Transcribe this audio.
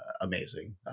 amazing